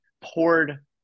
poured